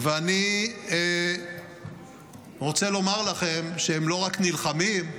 ואני רוצה לומר לכם שהם לא רק נלחמים,